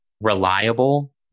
reliable